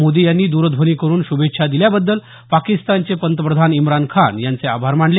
मोदी यांनी द्रध्वनी करून शुभेच्छा दिल्याबद्दल पाकिस्तानचे पंतप्रधान इम्रान खान यांचे आभार मानले